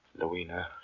Louina